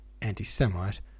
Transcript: anti-Semite